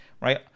right